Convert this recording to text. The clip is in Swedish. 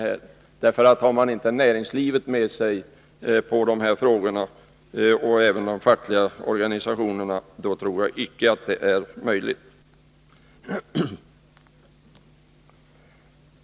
Har man inte näringslivet och de fackliga organisationerna med sig, tror jag icke att man kan nå goda resultat.